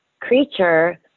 creature